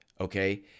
Okay